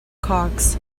cocks